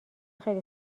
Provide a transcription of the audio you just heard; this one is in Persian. خیلی